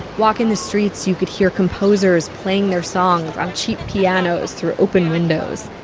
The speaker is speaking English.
walking the streets, you could hear composers playing their songs on cheap pianos through open windows.